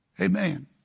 Amen